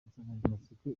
insanganyamatsiko